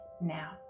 now